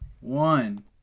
one